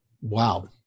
Wow